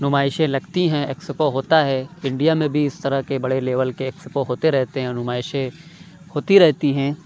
نمائشیں لگتی ہیں ایکسپو ہوتا ہے انڈیا میں بھی اِس طرح کے بڑے لیول کے ایکسپو ہوتے رہتے ہیں نمائشیں ہوتی رہتی ہیں